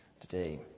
today